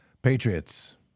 Patriots